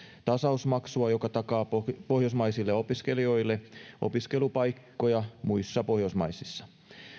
tasausmaksua joka takaa pohjoismaisille opiskelijoille opiskelupaikkoja muissa pohjoismaissa